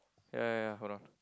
ya ya ya hold on